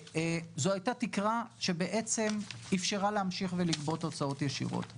זו הייתה תקרה שבעצם אפשרה להמשיך ולגבות הוצאות ישירות.